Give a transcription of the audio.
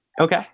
Okay